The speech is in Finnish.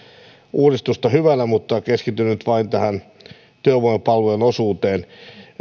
uudistusta hyvänä mutta keskityn nyt vain tähän työvoimapalvelujen osuuteen